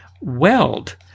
weld